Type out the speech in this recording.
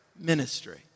ministry